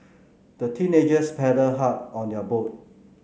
the teenagers paddled hard on their boat